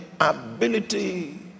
ability